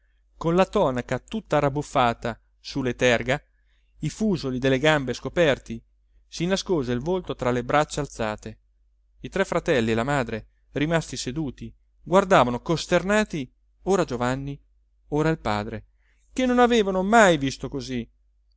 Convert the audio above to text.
con la tonaca tutta rabbuffata su le terga i fusoli delle gambe scoperti si nascose il volto tra le braccia alzate i tre fratelli e la madre rimasti seduti guardavano costernati ora giovanni ora il padre che non avevano mai visto così